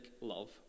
love